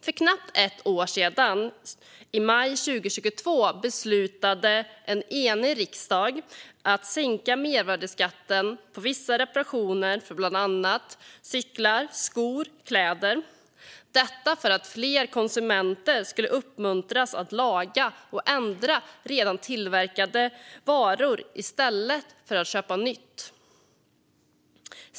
För knappt ett år sedan, i maj 2022, beslutade en enig riksdag att sänka mervärdesskatten på vissa reparationer av bland annat cyklar, skor och kläder. Detta gjordes för att uppmuntra fler konsumenter att laga och ändra redan tillverkade varor i stället för att köpa nytt.